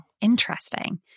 Interesting